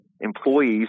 employees